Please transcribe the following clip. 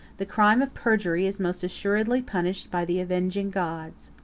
the crime of perjury is most assuredly punished by the avenging gods.